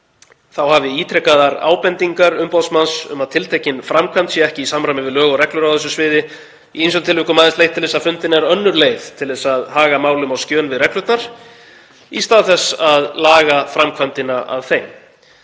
Þá hafi „ítrekaðar ábendingar umboðsmanns um að tiltekin framkvæmd sé ekki í samræmi við lög og reglur á þessu sviði í ýmsum tilvikum aðeins leitt til þess að fundin er önnur leið til þess að haga málum á skjön við reglurnar í stað þess að laga framkvæmdina að þeim“.